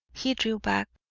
he drew back,